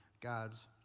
God's